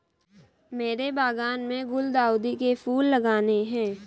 मेरे बागान में गुलदाउदी के फूल लगाने हैं